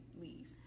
leave